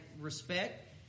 respect